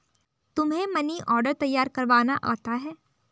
तुम्हें money order तैयार करवाना आता है?